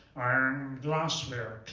iron glassware,